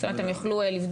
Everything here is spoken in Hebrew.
זאת אומרת הם יוכלו לבדוק,